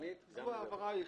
זו ההבהרה היחידה.